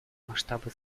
масштабы